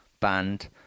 band